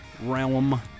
realm